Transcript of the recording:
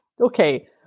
okay